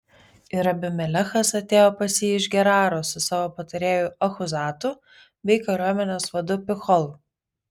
ir abimelechas atėjo pas jį iš geraro su savo patarėju achuzatu bei kariuomenės vadu picholu